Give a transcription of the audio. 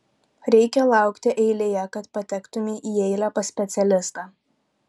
reikia laukti eilėje kad patektumei į eilę pas specialistą